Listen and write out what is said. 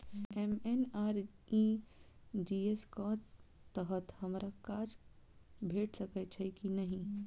MNREGA कऽ तहत हमरा काज भेट सकय छई की नहि?